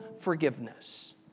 forgiveness